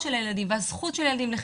החינוך,